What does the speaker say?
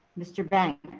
mr. banks?